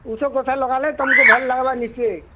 ଉଷଦ୍ ଉଷାଦ୍ ଲଗାଲେ ତମ୍କୁ ଭଲ୍ ଲାଗ୍ବା ନିଶ୍ଚୟ